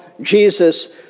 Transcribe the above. Jesus